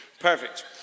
Perfect